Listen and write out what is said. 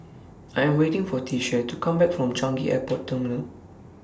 I Am waiting For Tishie to Come Back from Changi Airport Terminal